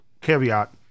Caveat